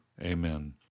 Amen